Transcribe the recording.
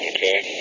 Okay